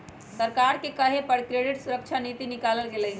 सरकारे के कहे पर क्रेडिट सुरक्षा नीति निकालल गेलई ह